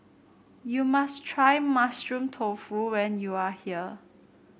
you must try Mushroom Tofu when you are here